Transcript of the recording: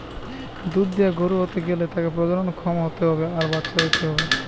দুধ দিয়া গরু হতে গ্যালে তাকে প্রজনন ক্ষম হতে হবে আর বাচ্চা দিতে হবে